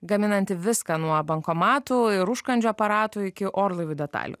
gaminanti viską nuo bankomatų ir užkandžių aparatų iki orlaivių detalių